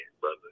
brother